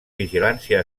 vigilància